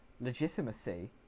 legitimacy